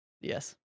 Yes